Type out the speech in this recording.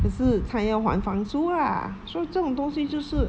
可是他要还房租 lah 所以这种东西就是